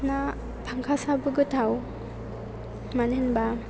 ना फांखासआबो गोथाव मानो होनोबा